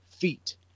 feet